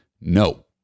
no